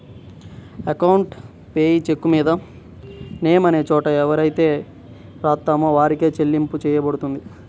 account payee చెక్కుమీద name అనే చోట ఎవరిపేరైతే రాత్తామో వారికే చెల్లింపు చెయ్యబడుతుంది